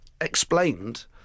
explained